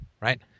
right